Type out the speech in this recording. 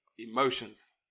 emotions